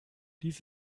dies